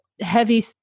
heavy